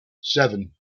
seven